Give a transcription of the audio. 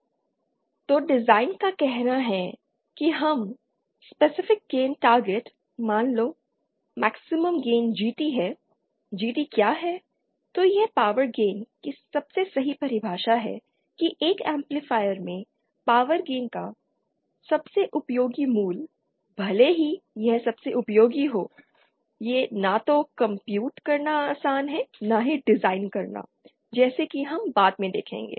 Sतो design का कहना है कि हम स्पेसिफिक गैंन टारगेट मान लो मैक्सिमम गेन जीटी है जीटी क्या है तो यह पावर गेन की सबसे सही परिभाषा है कि एक एम्पलीफायर में पावर गेन का सबसे उपयोगी मूल्य भले ही यह सबसे उपयोगी हो यह न तो कंप्यूट करना आसान है और न ही डिज़ाइन करना जैसा कि हम बाद में देखेंगे